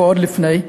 ועוד לפני,